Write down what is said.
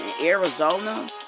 Arizona